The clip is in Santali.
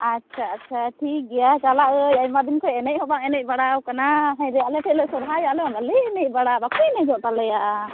ᱟᱪᱪᱷᱟ ᱟᱪᱪᱷᱟ ᱴᱷᱤᱠ ᱜᱮᱭᱟ ᱪᱟᱞᱟᱜ ᱟᱹᱧ ᱟᱭᱢᱟᱫᱤᱱ ᱠᱷᱚᱱ ᱮᱱᱮᱡ ᱦᱚᱸ ᱵᱟᱝ ᱮᱱᱮᱡ ᱵᱟᱲᱟᱣ ᱟᱠᱟᱱᱟ ᱦᱟᱭ ᱨᱮ ᱟᱞᱮᱴᱷᱮᱡ ᱞᱮ ᱥᱚᱦᱚᱨᱟᱭᱚᱜᱼᱟ ᱟᱞᱮᱢᱟ ᱵᱟᱝᱞᱮ ᱮᱱᱮᱡ ᱵᱟᱲᱟᱜᱼᱟ ᱵᱟᱠᱚ ᱮᱱᱮᱡᱚᱜ ᱛᱟᱞᱮᱭᱟ